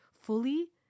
fully